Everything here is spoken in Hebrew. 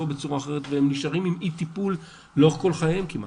או אחרת והם נשארים עם אי טיפול לאורך כל חייהם כמעט.